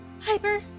Hyper